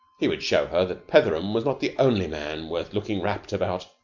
he would show her that petheram was not the only man worth looking rapt about.